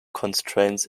constraints